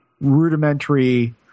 rudimentary